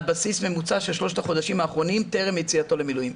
על בסיס ממוצע של שלושת החודשים האחרונים טרם יציאתו למילואים.